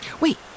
Wait